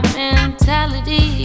mentality